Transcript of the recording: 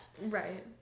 Right